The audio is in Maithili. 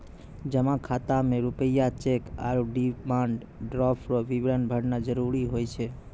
जमा खाता मे रूपया चैक आरू डिमांड ड्राफ्ट रो विवरण भरना जरूरी हुए छै